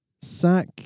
Sack